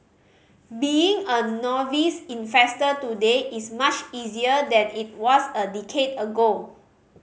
being a novice investor today is much easier than it was a decade ago